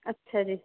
ਅੱਛਾ ਜੀ